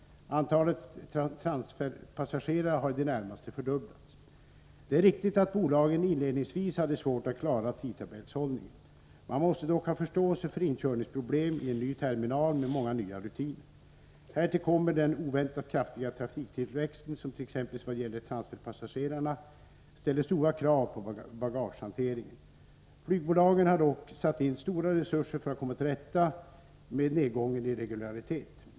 Antalet transferpassagerare har i det närmaste fördubblats. Det är riktigt att bolagen inledningsvis hade svårt att klara tidtabellshållningen. Man måste dock ha förståelse för inkörningsproblem i en ny terminal med många nya rutiner. Härtill kommer den oväntat kraftiga trafiktillväxten, som t.ex. att transferpassagerarna ställer stora krav på bagagehanteringen. Flygbolagen har dock satt in stora resurser för att komma till rätta med nedgången i regularitet.